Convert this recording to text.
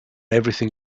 everything